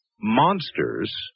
monsters